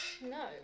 No